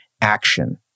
action